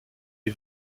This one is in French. les